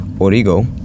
Origo